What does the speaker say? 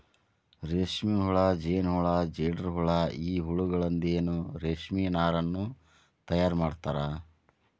ರೇಷ್ಮೆಹುಳ ಜೇನಹುಳ ಜೇಡರಹುಳ ಈ ಹುಳಗಳಿಂದನು ರೇಷ್ಮೆ ನಾರನ್ನು ತಯಾರ್ ಮಾಡ್ತಾರ